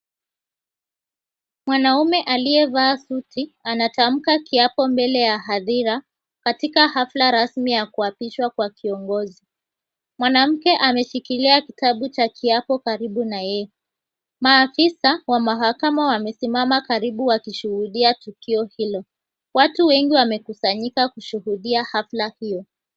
Mwanaume aliyevaa suti anatamka kiapo mbele ya hadhira katika hafla rasmi ya kuapishwa kwa kiongozi. Mwanamke ameshikilia kitabu cha kiapo karibu na yeye. Maafisa wa mahakama wamesimama karibu wakishuhudia tukio hilo. Watu wengi wamekusanyika kushuhudia hafla hiyo.